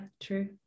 true